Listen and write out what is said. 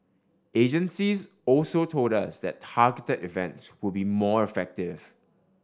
agencies also told us that targeted events would be more effective